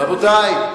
רבותי,